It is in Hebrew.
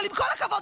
אבל עם כל הכבוד,